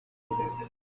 deleted